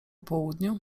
południu